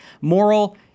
Moral